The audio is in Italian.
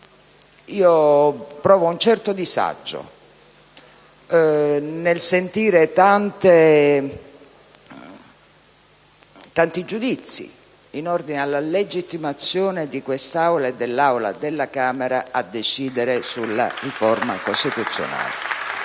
provo un certo disagio nell'ascoltare tanti giudizi in ordine alla legittimazione di quest'Aula e della Camera a decidere sulla riforma costituzionale.